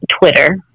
Twitter